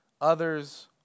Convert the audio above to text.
others